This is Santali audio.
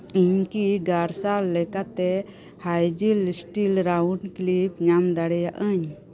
ᱤᱧᱠᱤ ᱜᱟᱨᱥᱟᱨ ᱞᱮᱠᱟᱛᱮ ᱦᱟᱡᱤᱞ ᱤᱥᱴᱤᱞ ᱨᱟᱣᱩᱱᱰ ᱠᱞᱤᱯ ᱧᱟᱢ ᱫᱟᱲᱮᱭᱟᱜ ᱟᱹᱧ